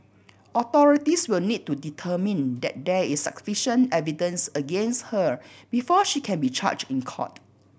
authorities will need to determine that there is sufficient evidence against her before she can be charged in court